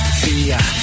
fear